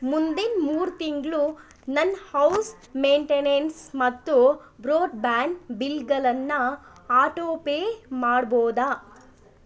ಮುಂದಿನ ಮೂರು ತಿಂಗಳು ನನ್ನ ಹೌಸ್ ಮೇಂಟೆನೆನ್ಸ್ ಮತ್ತು ಬ್ರೋಡ್ಬ್ಯಾಂಡ್ ಬಿಲ್ಗಳನ್ನ ಆಟೋಪೇ ಮಾಡ್ಬೋದಾ